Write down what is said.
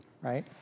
right